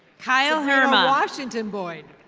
kyle herban. washington boyd.